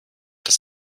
das